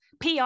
PR